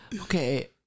okay